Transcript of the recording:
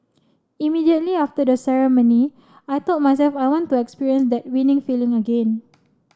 immediately after the ceremony I told myself I want to experience that winning feeling again